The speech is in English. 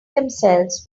themselves